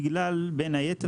בין היתר,